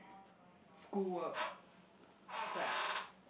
school work is like